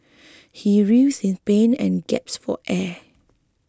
he writhed in pain and gasped for air